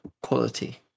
quality